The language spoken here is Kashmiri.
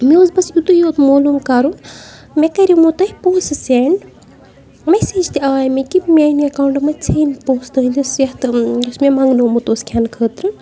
مےٚ اوس بَس یُتُے یوت مولوٗم کَرُن مےٚ کَرمو تۄہہِ پونٛسہٕ سٮ۪نٛڈ میسیج تہِ آے مےٚ کہِ میٛانہِ اٮ۪کاوُنٛٹہٕ منٛز ژھیٚنۍ پونٛسہٕ تُہٕنٛدِس یَتھ یُس مےٚ منٛگنومُت اوس کھٮ۪نہٕ خٲطرٕ